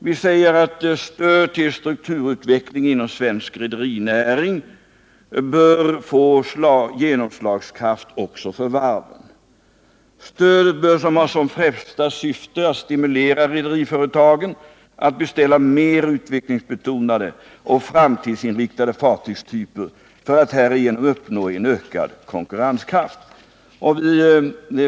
Vi säger att stöd till strukturutveckling inom svensk rederinäring bör få genomslagskraft också för varven. Stödet bör ha som främsta syfte att stimulera rederiföretagen att beställa mer utvecklingsbetonade och framtidsinriktade fartygstyper för att härigenom uppnå en ökad konkurrenskraft.